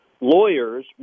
lawyers